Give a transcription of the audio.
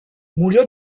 murió